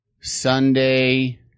Sunday